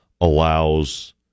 allows